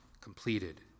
completed